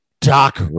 Doc